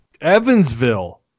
Evansville